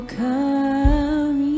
come